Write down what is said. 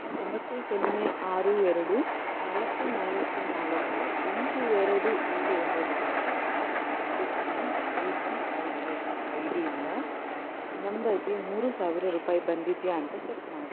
ಒಂಬತ್ತು ಸೊನ್ನೆ ಆರು ಎರಡು ನಾಲ್ಕು ನಾಲ್ಕು ನಾಲ್ಕು ಎಂಟು ಎರಡು ಏಳು ಒಂಬತ್ತು ಎಟ್ ಎಕ್ಸಿಸ್ ಈ U P I I D I ಡಿಯಿಂದ ನಂಬರ್ಗೆ ಮೂರು ಸಾವಿರ ರೂಪಾಯಿ ಬಂದಿದೆಯಾ ಅಂತ ಚೆಕ್ ಮಾಡು